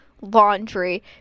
laundry